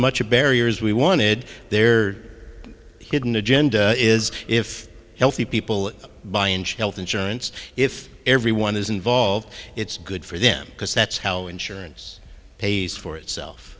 much a barrier is we wanted their hidden agenda is if healthy people buy inch health insurance if everyone is involved it's good for them because that's how insurance pays for itself